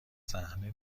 صحنه